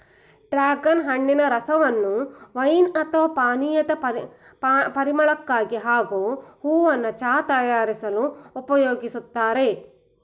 dragon ಹಣ್ಣಿನ ರಸವನ್ನು wine ಅಥವಾ ಪಾನೀಯದ ಪರಿಮಳಕ್ಕಾಗಿ ಹಾಗೂ ಹೂವನ್ನ ಚಹಾ ತಯಾರಿಸಲು ಉಪಯೋಗಿಸ್ತಾರೆ